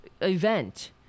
Event